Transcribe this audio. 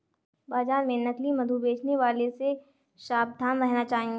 बाजार में नकली मधु बेचने वालों से सावधान रहना चाहिए